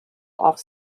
off